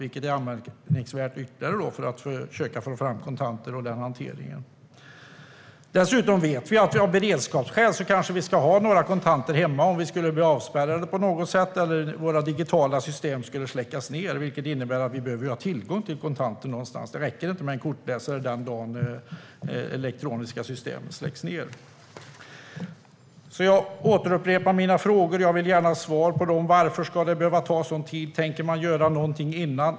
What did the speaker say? Detta är anmärkningsvärt, eftersom det påverkar möjligheten att få fram och hantera kontanter. Av beredskapsskäl är det dessutom bra att ha lite kontanter hemma, om vi skulle bli avspärrade på något sätt, eller om våra digitala system skulle släckas ned. I en sådan situation skulle vi behöva ha tillgång till kontanter någonstans - det räcker inte med en kortläsare den dag de elektroniska systemen släcks ned. Jag upprepar mina frågor - jag vill gärna ha svar på dem. Varför ska det behöva ta sådan tid? Tänker man göra någonting innan?